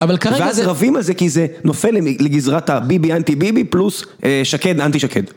ואז הם רבים על זה כי זה נופל לגזרת הביבי אנטי ביבי פלוס שקד אנטי שקד.